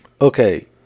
Okay